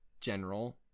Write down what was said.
general